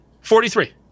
forty-three